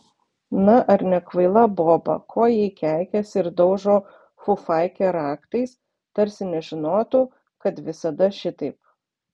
na ar nekvaila boba ko ji keikiasi ir daužo fufaikę raktais tarsi nežinotų kad visada šitaip